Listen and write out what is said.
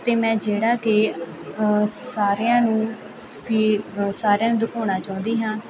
ਅਤੇ ਮੈਂ ਜਿਹੜਾ ਕਿ ਸਾਰਿਆਂ ਨੂੰ ਫੀ ਸਾਰਿਆਂ ਨੂੰ ਦਿਖਾਉਣਾ ਚਾਹੁੰਦੀ ਹਾਂ